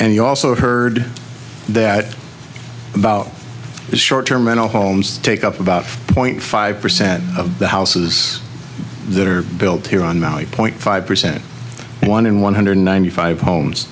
and you also heard that about the short term mental homes take up about five point five percent of the houses that are built here on maui point five percent one in one hundred ninety five homes